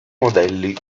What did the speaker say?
modelli